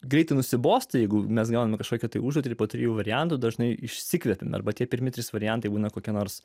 greitai nusibosta jeigu mes gauname kažkokią tai užduotį po trijų variantų dažnai išsikvietėme arba tie pirmi trys variantai būna kokia nors